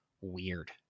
weird